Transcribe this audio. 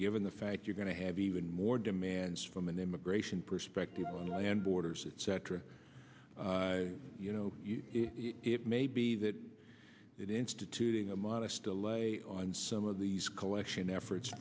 given the fact you're going to have even more demands from an immigration perspective on land borders etc you know it may be that it instituting a modest delay on some of these collection efforts